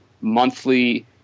monthly